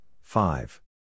five